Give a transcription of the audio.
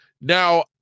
now